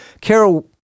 Carol